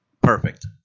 Perfect